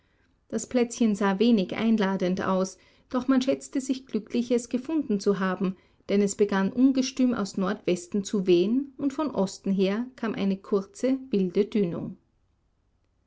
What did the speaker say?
das plätzchen sah wenig einladend aus doch man schätzte sich glücklich es gefunden zu haben denn es begann ungestüm aus nordwesten zu wehen und von osten her kam eine kurze wilde dünung